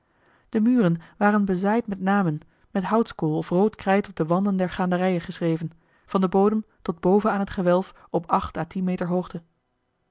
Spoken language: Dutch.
de muren waren bezaaid met namen met houtskool of rood krijt op de wanden der gaanderijen geschreven van den bodem tot boven aan het gewelf op acht à tien meter hoogte